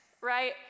right